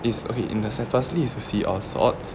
its okay in the sense firstly is to see all sorts